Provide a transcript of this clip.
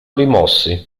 rimossi